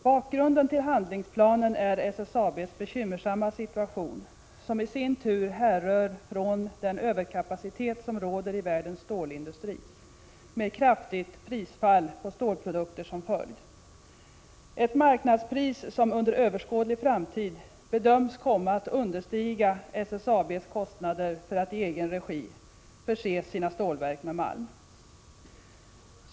Bakgrunden till handlingsplanen är SSAB:s bekymmersamma situation, som i sin tur härrör från den överkapacitet som råder i världens stålindustri, med kraftigt prisfall på stålprodukter som följd. Marknadspriset bedöms under överskådlig framtid komma att understiga SSAB:s kostnader för att i egen regi förse sina stålverk med malm.